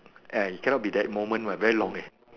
eh you cannot be that moment what very long eh